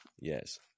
Yes